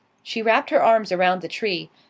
she wrapped her arms around the tree,